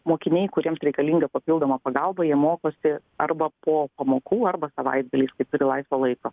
mokiniai kuriems reikalinga papildoma pagalba jie mokosi arba po pamokų arba savaitgaliais kai turi laisvo laiko